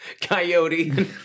coyote